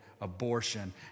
abortion